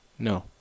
No